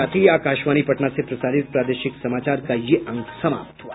इसके साथ ही आकाशवाणी पटना से प्रसारित प्रादेशिक समाचार का ये अंक समाप्त हुआ